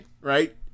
right